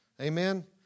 Amen